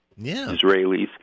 Israelis